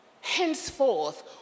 henceforth